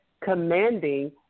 commanding